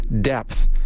depth